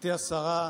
גברתי השרה,